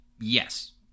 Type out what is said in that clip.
Yes